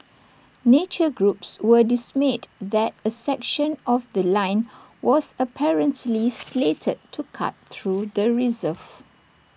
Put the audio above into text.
nature groups were dismayed that A section of The Line was apparently slated to cut through the reserve